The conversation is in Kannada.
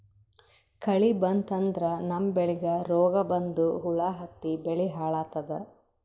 ಕಳಿ ಬಂತಂದ್ರ ನಮ್ಮ್ ಬೆಳಿಗ್ ರೋಗ್ ಬಂದು ಹುಳಾ ಹತ್ತಿ ಬೆಳಿ ಹಾಳಾತದ್